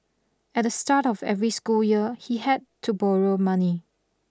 at the start of every school year he had to borrow money